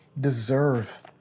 deserve